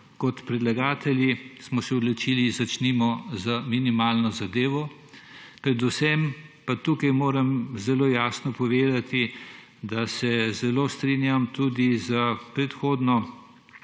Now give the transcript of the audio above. kot predlagatelji smo se odločili, začnimo z minimalno zadevo. Predvsem pa moram tukaj zelo jasno povedati, da se zelo strinjam tudi s predhodno